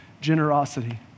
generosity